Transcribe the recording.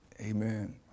Amen